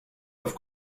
auf